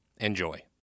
Enjoy